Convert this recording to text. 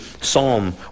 psalm